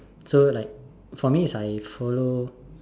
so like for me is I follow